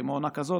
כמו עונה כזאת,